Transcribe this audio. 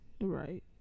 Right